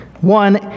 One